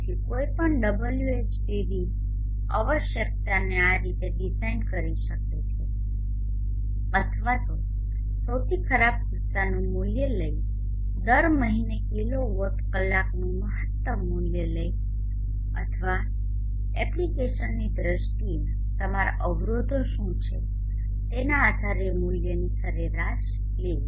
તેથી કોઈ પણ Whpv આવશ્યકતાને આ રીતે ડિઝાઇન કરી શકે છે અથવા તો સૌથી ખરાબ કિસ્સાનુ મૂલ્ય લઈને દર મહિને કિલોવોટ કલાકનું મહત્તમ મૂલ્ય લઈને અથવા એપ્લિકેશનની દ્રષ્ટિએ તમારા અવરોધો શું છે તેના આધારે મૂલ્યની સરેરાશ લેવી